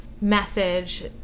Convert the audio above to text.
message